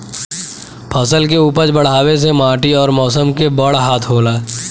फसल के उपज बढ़ावे मे माटी अउर मौसम के बड़ हाथ होला